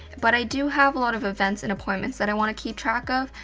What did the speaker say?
but i do have a lot of events, and appointments that i want to keep track of.